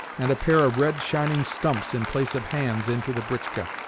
and a pair of red, shining stumps in place of hands into the britchka.